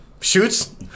shoots